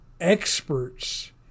experts